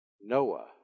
Noah